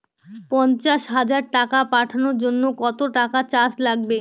পণ্চাশ হাজার টাকা পাঠানোর জন্য কত টাকা চার্জ লাগবে?